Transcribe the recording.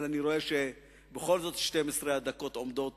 אבל אני רואה שבכל זאת 12 הדקות עומדות